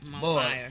Boy